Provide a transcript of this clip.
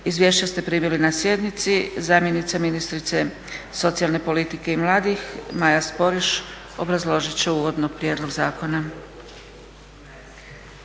Izvješća ste primili na sjednici. Zamjenice ministrice socijalne politike i mladih, Maja Sporiš obrazložiti će uvodno prijedlog zakona.